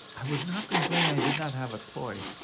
i would not complain i did not have a toy.